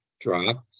drop